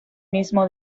mismo